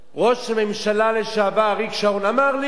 ראש הממשלה לשעבר אריק שרון אמר לי: